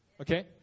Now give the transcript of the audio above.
okay